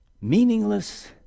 Meaningless